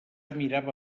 mirava